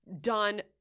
done